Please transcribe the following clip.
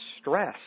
stress